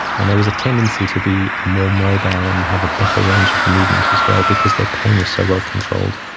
and there was a tendency to be more mobile and have a better range of movement as well because their pain was so well controlled.